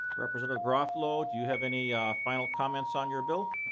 representative garofalo do you have any final comments on your bill?